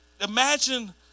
Imagine